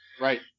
Right